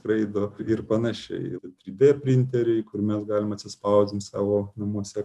skraido ir panašiai trys dė printerį kur mes galime atsispausdinti savo namuose